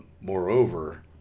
moreover